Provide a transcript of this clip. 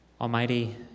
Almighty